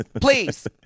Please